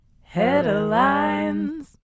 Headlines